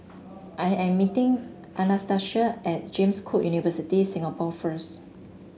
I am meeting Anastacia at James Cook University Singapore first